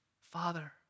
Father